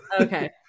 Okay